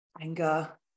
anger